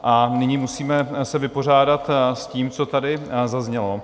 A nyní se musíme vypořádat s tím, co tady zaznělo.